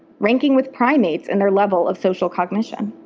ranking with primates in their level of social cognition.